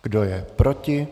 Kdo je proti?